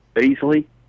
easily